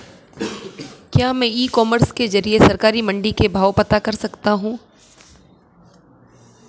क्या मैं e commerce के ज़रिए सरकारी मंडी के भाव पता कर सकता हूँ?